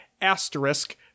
asterisk